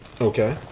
Okay